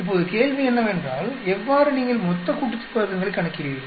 இப்போது கேள்வி என்னவென்றால் எவ்வாறு நீங்கள் மொத்தக்கூட்டுத்தொகை வர்க்கங்களை கணக்கிடுவீர்கள்